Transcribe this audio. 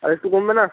আর একটু কমবে না